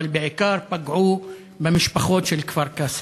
אבל בעיקר פגעו במשפחות של כפר-קאסם.